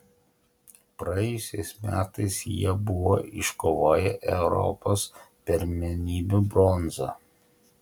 praėjusiais metais jie buvo iškovoję europos pirmenybių bronzą